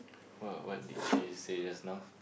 well what did she say just now